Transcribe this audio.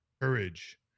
courage